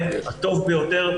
הטוב ביותר,